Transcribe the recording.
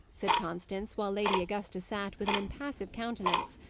said constance, while lady augusta sat with an impassive countenance.